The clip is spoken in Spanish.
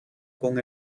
con